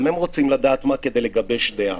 גם הם רוצים לדעת מה כדי לגבש דעה.